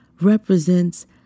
represents